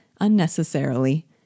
Unnecessarily